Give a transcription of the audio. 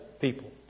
people